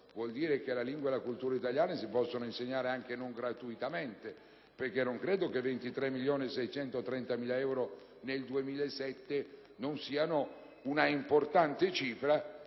vuol dire che la lingua e la cultura italiana si possono insegnare anche non gratuitamente. Infatti, non credo che 23.630.000 euro nel 2007 non siano un'importante cifra